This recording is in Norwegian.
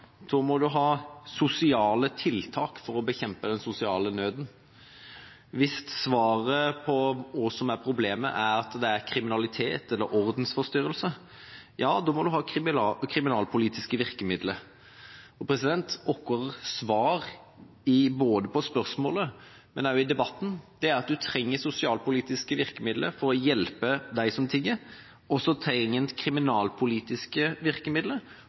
da må en ha sosiale tiltak for å bekjempe den sosiale nøden. Hvis svaret på hva som er problemet, er at det er kriminalitet eller ordensforstyrrelser, da må en ha kriminalpolitiske virkemidler. Vårt svar, både på spørsmålet og i debatten, er at en trenger sosialpolitiske virkemidler for å hjelpe dem som tigger, og en trenger kriminalpolitiske virkemidler